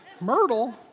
Myrtle